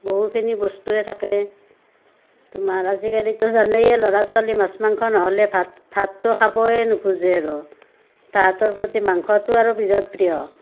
বহুখিনি বস্তুৱে থাকে তোমাৰ আজিকালিতো জানেয়ে ল'ৰা ছোৱালী মাছ মাংস নহ'লে ভাত ভাতটো খাবয়ে নুখোজে আৰু তাহাঁতৰ প্ৰতি মাংসটো আৰু বিৰাট প্ৰিয়